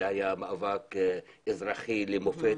זה בזמנו היה מאבק אזרחי למופת.